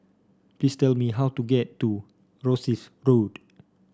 please tell me how to get to Rosyth Road